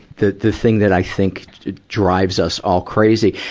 the the thing that i think drives us all crazy.